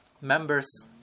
members